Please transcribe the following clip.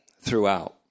throughout